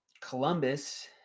Columbus